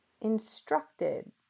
instructed